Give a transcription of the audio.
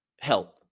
help